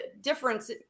difference